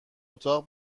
اتاق